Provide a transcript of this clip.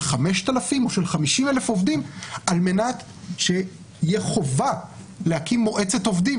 5,000 או של 50,000 עובדים על-מנת שתהיה חובה להקים מועצת עובדים